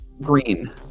green